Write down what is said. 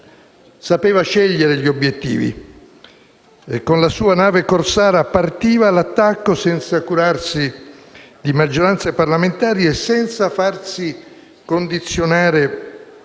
Sapeva scegliere gli obiettivi e, con la sua nave corsara, partiva all'attacco senza curarsi di maggioranze parlamentari e senza farsi condizionare